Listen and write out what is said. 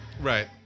Right